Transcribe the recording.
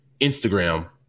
Instagram